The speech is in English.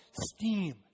steam